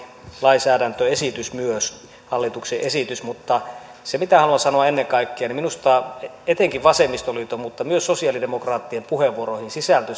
lainsäädäntöesitys hallituksen esitys mitä haluan sanoa ennen kaikkea niin minusta etenkin vasemmistoliiton mutta myös sosiaalidemokraattien puheenvuoroihin sisältyy